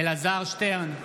אינו נוכח מיכל שיר סגמן,